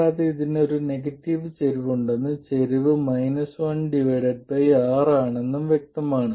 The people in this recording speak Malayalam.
കൂടാതെ ഇതിന് ഒരു നെഗറ്റീവ് ചരിവ് ഉണ്ടെന്നും ചരിവ് 1 R ആണെന്നും വ്യക്തമാണ്